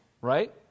right